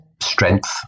strength